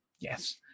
Yes